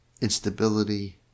instability